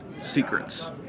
secrets